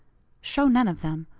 show none of them.